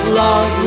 love